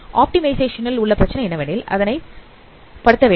optimisation ல் உள்ள பிரச்சனை என்னவெனில் அதனை படுத்த வேண்டும்